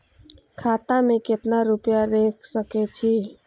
खाता में केतना रूपया रैख सके छी?